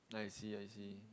I see I see